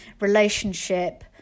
relationship